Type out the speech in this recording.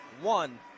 One